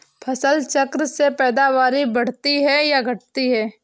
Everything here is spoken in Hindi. फसल चक्र से पैदावारी बढ़ती है या घटती है?